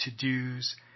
to-dos